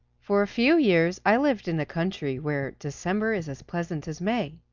for a few years i lived in a country where december is as pleasant as may.